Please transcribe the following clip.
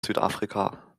südafrika